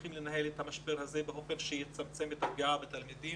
צריכים לנהל את המשבר הזה באופן שיצמצם את הפגיעה בתלמידים